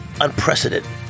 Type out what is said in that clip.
unprecedented